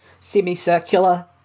semicircular